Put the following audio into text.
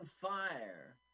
fire